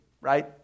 right